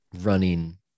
running